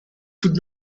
could